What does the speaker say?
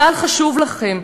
צה"ל חשוב לכם.